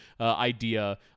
idea